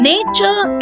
Nature